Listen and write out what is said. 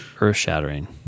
earth-shattering